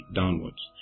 downwards